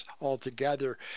altogether